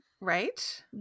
Right